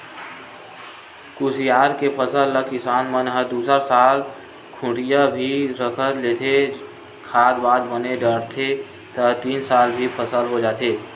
कुसियार के फसल ल किसान मन ह दूसरा साल खूटिया भी रख लेथे, खाद वाद बने डलथे त तीन साल भी फसल हो जाथे